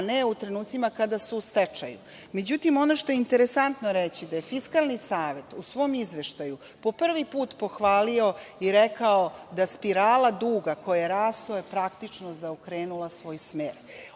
a ne u trenucima kada su u stečaju.Međutim ono što je interesantno reći da je Fiskalni savet u svom izveštaju po prvi put pohvalio i rekao da spirala duga koja je rasla je praktično zaokrenula svoj smer.